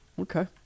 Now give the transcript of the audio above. Okay